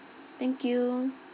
thank you